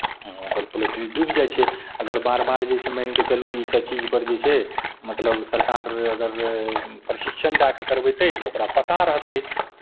ओकर पोल्ट्री डूबि जाइ छै अगर बार बार जे छै मानि कऽ चलू इसभ चीजपर जे छै मतलब सरकार अगर प्रशिक्षण दए कऽ करवयतै तऽ ओकरा पता रहतै